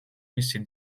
მისი